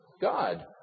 God